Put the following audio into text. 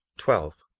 twelve.